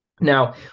Now